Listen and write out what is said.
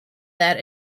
that